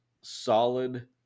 solid